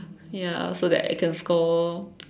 ya so that I can score